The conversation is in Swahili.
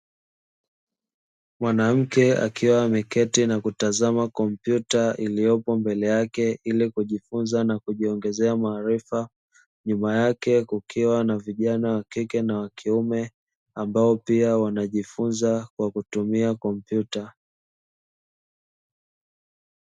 Mwanamke akiwa ameketi na kutazama kompyuta iliyopo mbele yake, ili kujifunza na kujiongezea maarifa, nyuma yake kukiwa na vijana wa kike na wa kiume ambao pia wanajifunza kwa kutumia kompyuta.